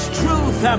truth